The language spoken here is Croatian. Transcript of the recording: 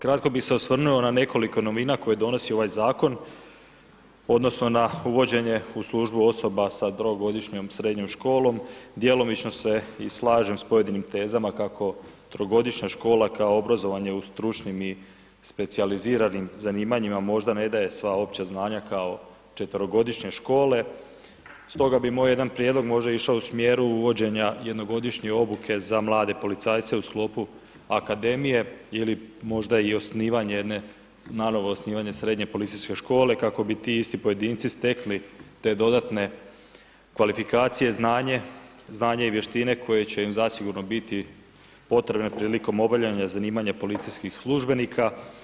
Kratko bi se osvrnuo na nekoliko novina, koje donosi ovaj zakon, odnosno, na uvođenje u službu osoba s trogodišnjom srednjom školom, djelomično se i slažem i s pojedinim tezama, kako trogodišnja škola kao obrazovanje u stručnim i specijaliziranim zanimanjima, možda ne daje sva opća znanja kao četverogodišnje škole, stoga bi moj jedan prijedlog možda išao u smjeru uvođenja jednogodišnje obuke za mlade policajce u sklopu akademije ili možda i osnivanje jedne nanovo osnivanje srednje policijske škole, kako bi ti isti pojedinci stekli te dodatne kvalifikacije, znanje i vještine, koje će im zasigurno biti potrebne prilikom obavljanja zanimanja policijskih službenika.